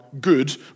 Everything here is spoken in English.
good